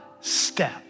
step